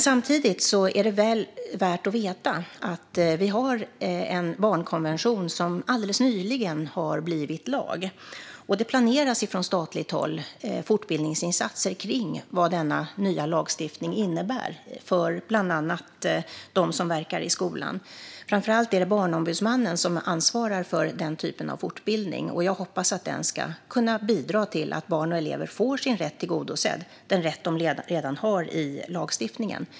Samtidigt är det väl värt att veta att vi har en barnkonvention som alldeles nyligen har blivit lag. Det planeras från statligt håll fortbildningsinsatser gällande vad denna nya lagstiftning innebär för bland annat dem som verkar i skolan. Framför allt är det Barnombudsmannen som ansvarar för den typen av fortbildning, och jag hoppas att den ska kunna bidra till att barn och elever får sin rätt tillgodosedd. Det är en rätt de redan har i lagstiftningen.